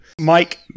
Mike